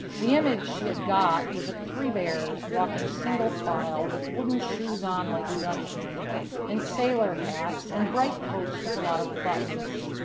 the image she had got was of three bears walking single file with wooden shoes on like dutchmen and sailor hats and bright coats with a lot of buttons.